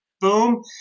boom